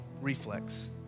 reflex